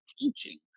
teaching